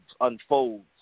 unfolds